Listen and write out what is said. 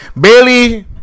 Bailey